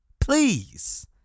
Please